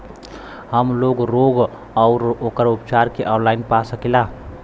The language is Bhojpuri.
हमलोग रोग अउर ओकर उपचार भी ऑनलाइन पा सकीला?